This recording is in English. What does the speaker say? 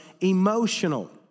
emotional